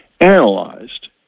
analyzed